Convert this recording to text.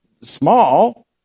small